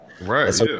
right